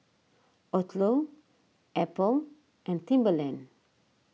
Odlo Apple and Timberland